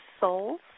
souls